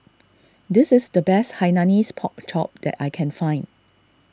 this is the best Hainanese Pork Chop that I can find